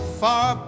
far